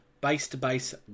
base-to-base